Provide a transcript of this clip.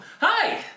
Hi